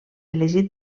elegit